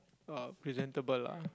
uh presentable ah